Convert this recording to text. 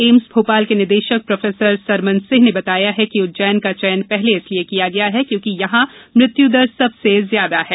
AIIMS Bhopal के निदेशक professor Sarman Singh ने बताया कि उज्जैन का चयन पहले इसलिये किया गया है क्योंकि यहा मृत्युदर सबसे ज्यादा है